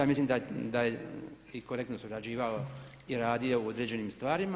Mislim da je i korektno surađivao i radio u određenim stvarima.